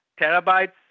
terabytes